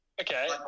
okay